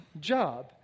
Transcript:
job